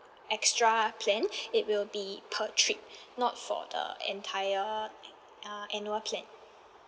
extra plan it will be per trip not for the entire err annual plan